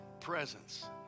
presence